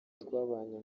twabanye